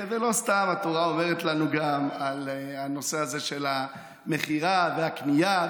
לא סתם התורה אומרת לנו גם על הנושא הזה של המכירה והקנייה,